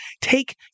take